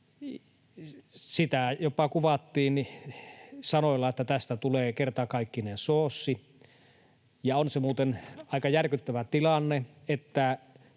Sitä jopa kuvattiin sanoilla, että tästä tulee ”kertakaikkinen soosi”, ja on se muuten aika järkyttävä tilanne,